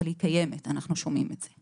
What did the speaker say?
אבל היא קיימת ואנחנו שומעים את זה.